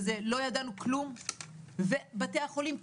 אז לא ידענו כלום ובתי החולים,